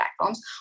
platforms